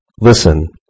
listen